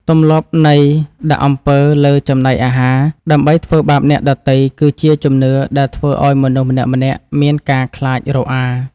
ទម្លាប់នៃដាក់អំពើលើចំណីអាហារ ដើម្បីធ្វើបាបអ្នកដទៃគឺជាជំនឿដែលធ្វើឱ្យមនុស្សម្នាក់ៗមានការខ្លាចរអា។